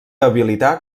habilitar